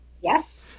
Yes